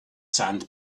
sand